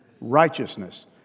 Righteousness